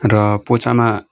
र पोचामा